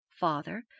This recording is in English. father